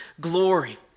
glory